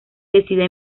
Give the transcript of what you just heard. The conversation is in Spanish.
decide